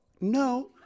No